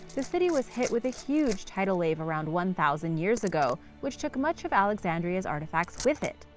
the city was hit with a huge tidal wave around one thousand years ago, which took much of alexandria's artifacts with it.